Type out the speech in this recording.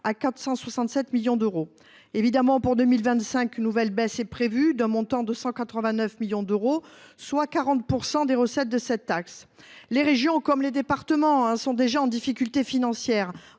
à 467 millions d’euros. Évidemment, pour 2025, une nouvelle baisse est prévue, d’un montant de 189 millions d’euros, ce qui équivaut à 40 % des recettes de cette taxe. Or les régions, comme les départements, sont déjà en difficulté financière.